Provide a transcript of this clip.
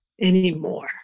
anymore